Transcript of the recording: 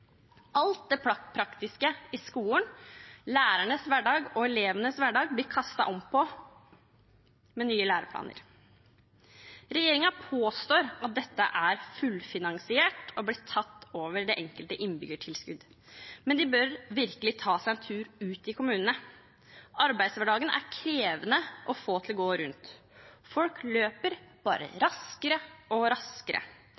Alt det praktiske i skolen, lærernes og elevenes hverdag, blir kastet om på med nye læreplaner. Regjeringen påstår at dette er fullfinansiert og blir tatt over det enkelte innbyggertilskudd. Men de bør virkelig ta seg en tur ut i kommunene. Arbeidshverdagen er krevende for å få det til å gå rundt. Folk løper bare